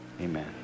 amen